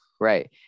right